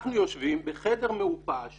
אנחנו יושבים בחדר מעופש